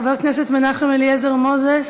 חבר הכנסת מנחם אליעזר מוזס,